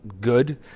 good